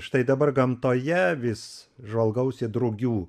štai dabar gamtoje vis žvalgausi drugių